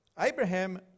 Abraham